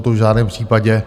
To v žádném případě.